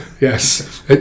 Yes